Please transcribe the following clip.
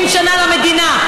70 שנה למדינה.